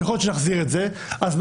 ולא